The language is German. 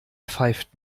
pfeift